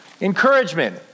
Encouragement